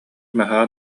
наһаа